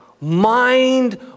Mind